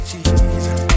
Jesus